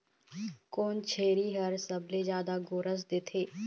कोन छेरी हर सबले जादा गोरस देथे?